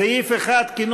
סעיף 1, כהצעת הוועדה, נתקבל.